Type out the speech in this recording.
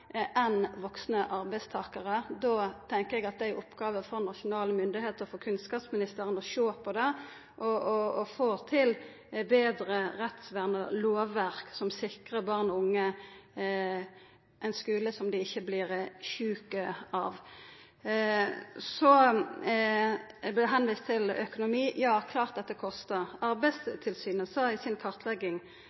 vaksne arbeidstakarar. Eg tenkjer at det er ei oppgåve for nasjonale myndigheiter, for kunnskapsministeren, å sjå på det og få til eit betre rettsvern – eit lovverk som sikrar barn og unge ein skule som dei ikkje vert sjuke av. Det vart vist til økonomi. Ja, det er klart at det kostar. Arbeidstilsynet sa i si kartlegging